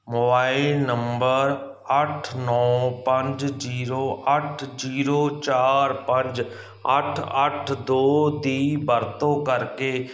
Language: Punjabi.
ਮੋਬਾਈਲ ਨੰਬਰ ਅੱਠ ਨੌਂ ਪੰਜ ਜ਼ੀਰੋ ਅੱਠ ਜ਼ੀਰੋ ਚਾਰ ਪੰਜ ਅੱਠ ਅੱਠ ਦੋ ਦੀ ਵਰਤੋਂ ਕਰਕੇ